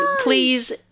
please